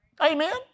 Amen